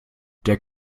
der